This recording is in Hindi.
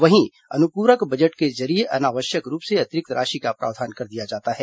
वहीं अनुपूरक बजट के जरिये अनावश्यक रूप से अतिरिक्त राशि का प्रावधान कर दिया जाता है